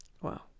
wow